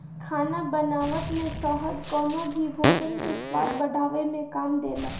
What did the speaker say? खाना बनावत में शहद कवनो भी भोजन के स्वाद बढ़ावे में काम देला